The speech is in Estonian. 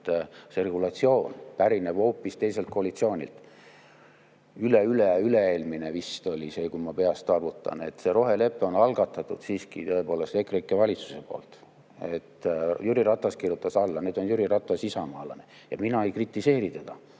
et see regulatsioon pärineb hoopis teiselt koalitsioonilt. Üleüleüle-eelmine vist oli see, kui ma peast arvutan. Rohelepe on algatatud siiski tõepoolest EKREIKE valitsuse poolt. Jüri Ratas kirjutas alla. Nüüd on Jüri Ratas isamaalane. Mina ei kritiseeri